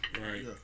Right